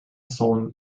sohn